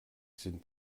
sind